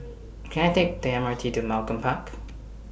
Can I Take The M R T to Malcolm Park